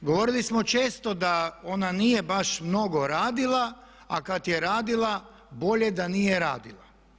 Govorili smo često da ona nije baš mnogo radila, a kad je radila bolje da nije radila.